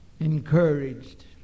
encouraged